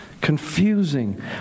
confusing